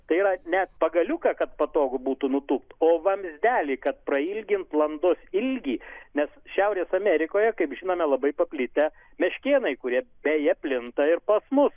tai yra ne pagaliuką kad patogu būtų nutūpti o vamzdelį kad prailgint landos ilgį nes šiaurės amerikoje kaip žinome labai paplitę meškėnai kurie beje plinta ir pas mus